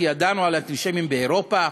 כי ידענו על אנטישמים באירופה,